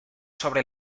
sobre